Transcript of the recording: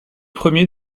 premiers